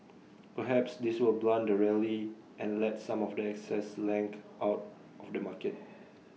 perhaps this will blunt the rally and let some of the excess length out of the market